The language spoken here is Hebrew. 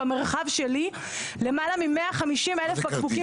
במרחב שלי למעלה מ-150 אלף בקבוקים